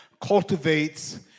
cultivates